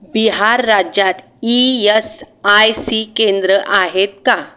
बिहार राज्यात E S I C केंद्र आहेत का